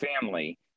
family